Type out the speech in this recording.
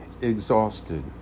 exhausted